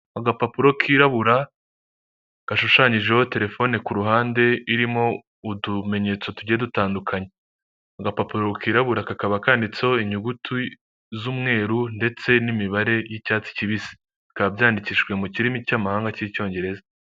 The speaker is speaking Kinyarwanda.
Agapapuro kirabura gashushanyijeho telefone ku ruhande irimo utumenyetso tugiye dutandukanye, agapapuro kirabura kakaba kandiditseho inyuguti z'umweru ndetse n'imibare y'icyatsi kibisi, bikaba byandikishije mu kirimi cy'amahanga k'icyongereza.